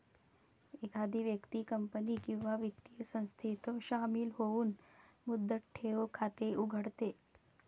एखादी व्यक्ती कंपनी किंवा वित्तीय संस्थेत शामिल होऊन मुदत ठेव खाते उघडते